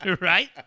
right